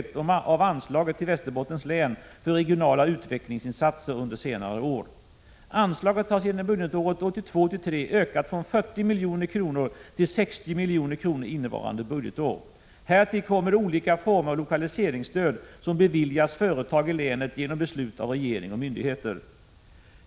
1986 83 ökat från 40 milj.kr. till 60 milj. = kr. innevarande budgetår. Härtill kommer olika former av lokaliseringsstöd som beviljas företag i länet genom beslut av regering och myndigheter.